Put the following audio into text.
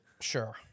sure